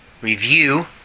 review